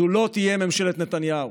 זו לא תהיה ממשלת נתניהו,